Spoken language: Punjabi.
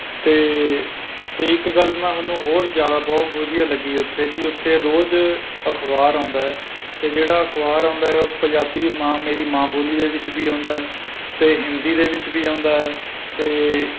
ਅਤੇ ਅਤੇ ਇੱਕ ਗੱਲ ਮੈਂ ਤੁਹਾਨੂੰ ਹੋਰ ਜ਼ਿਆਦਾ ਬਹੁਤ ਵਧੀਆ ਲੱਗੀ ਉੱਥੇ ਕਿ ਉੱਥੇ ਰੋਜ਼ ਅਖ਼ਬਾਰ ਆਉਂਦਾ ਹੈ ਅਤੇ ਜਿਹੜਾ ਅਖ਼ਬਾਰ ਆਉਂਦਾ ਹੈ ਉਹ ਪੰਜਾਬੀ ਮਾਂ ਮੇਰੀ ਮਾਂ ਬੋਲੀ ਦੇ ਵਿੱਚ ਵੀ ਆਉਂਦਾ ਹੈ ਅਤੇ ਹਿੰਦੀ ਦੇ ਵਿੱਚ ਵੀ ਆਉਂਦਾ ਹੈ ਅਤੇ